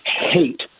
Hate